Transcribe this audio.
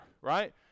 right